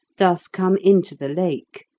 thus come into the lake,